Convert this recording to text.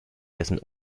dessen